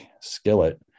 skillet